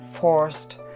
forced